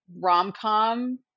rom-com